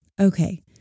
Okay